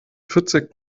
vierzig